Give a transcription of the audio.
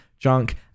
junk